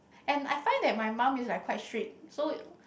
and I find that my mum is like quite strict so